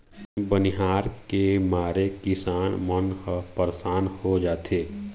बनिहार के मारे किसान मन ह परसान हो जाथें